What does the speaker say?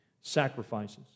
sacrifices